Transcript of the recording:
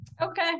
Okay